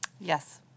Yes